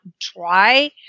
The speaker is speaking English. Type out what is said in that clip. try